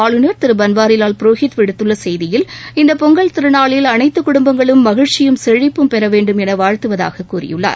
ஆளுநர் திரு பன்வாரிவால் புரோஹித் விடுத்துள்ள செய்தியில் இந்த பொங்கல் திருநாளில் அனைத்து குடும்பங்களும் மகிழ்ச்சியும் செழிப்பும் பெற வேண்டும் என வாழ்த்துவதாக கூறியுள்ளார்